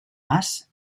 mas